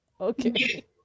Okay